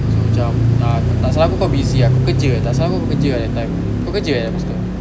so cam ah tak salah aku kau busy ah kau kerja tak salah aku kau kerja that time kau kerja eh masa tu